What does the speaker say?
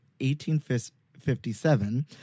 1857